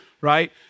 right